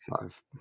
five